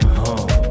home